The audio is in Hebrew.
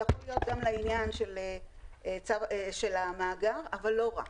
יכול להיות גם לעניין של המאגר, אבל לא רק.